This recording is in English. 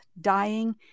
dying